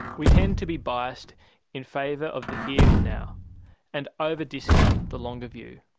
we tend to be biased in favour of the here and now and over-discount the longer view.